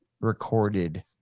recorded